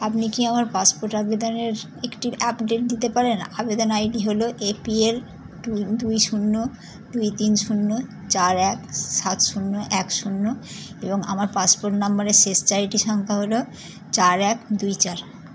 আপনি কি আমার পাসপোর্ট আবেদনের একটি আপডেট দিতে পারেন আবেদন আইডি হলো এপিএল ট্যু দুই শূন্য দুই তিন শূন্য চার এক সাত শূন্য এক শূন্য এবং আমার পাসপোর্ট নম্বরের শেষ চারিটি সংখ্যা হলো চার এক দুই চার